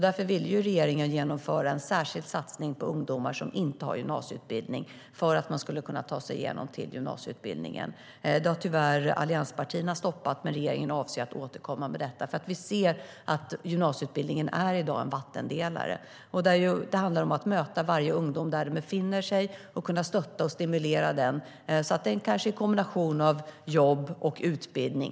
Därför vill regeringen genomföra en särskild satsning på ungdomar för att de ska kunna ta sig igenom en gymnasiebildning. Det har allianspartierna tyvärr stoppat, men regeringen avser att återkomma med det förslaget. Gymnasieutbildningen är i dag en vattendelare. Det handlar om att möta varje ungdom där han eller hon befinner sig och kunna stötta och stimulera den ungdomen. Det behövs kanske en kombination av jobb och utbildning.